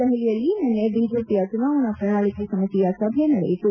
ದೆಹಲಿಯಲ್ಲಿ ನಿನ್ನೆ ಬಿಜೆಪಿಯ ಚುನಾವಣಾ ಪ್ರಣಾಳಿಕೆ ಸಮಿತಿಯ ಸಭೆ ನಡೆಯಿತು